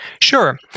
Sure